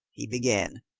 he began,